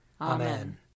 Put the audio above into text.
Amen